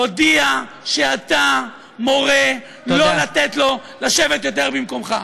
תודיע שאתה מורה שלא לתת לו לשבת יותר במקומך.